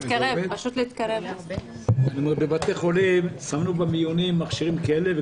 שמנו במיונים מכשירים כאלה.